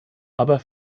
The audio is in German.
aber